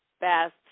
best